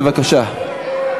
בבקשה.